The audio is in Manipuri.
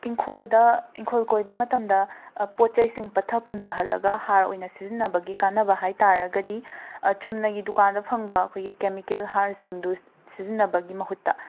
ꯏꯪꯈꯣꯜꯗ ꯏꯪꯈꯣꯜ ꯀꯣꯏꯕ ꯃꯇꯝꯗ ꯄꯣꯠ ꯆꯩꯁꯤꯡ ꯄꯠꯊ ꯄꯨꯝꯊꯍꯜꯂꯒ ꯍꯥꯔ ꯑꯣꯏꯅ ꯁꯤꯖꯤꯟꯅꯕꯒꯤ ꯀꯥꯟꯅꯕ ꯍꯥꯏ ꯇꯥꯔꯒꯗꯤ ꯆꯨꯝꯅꯒꯤ ꯗꯨꯀꯥꯟꯗ ꯐꯪꯕ ꯀꯦꯃꯤꯀꯦꯜ ꯍꯥꯥꯔꯁꯤꯡꯗꯨ ꯁꯤꯖꯤꯟꯅꯕꯒꯤ ꯃꯍꯨꯠꯇ